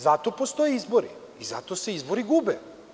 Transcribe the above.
Zato postoje izbori i zato se izbori gube.